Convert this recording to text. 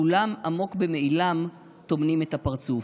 / כולם עמוק במעילם טומנים את הפרצוף.